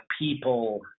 people